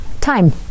time